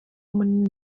munini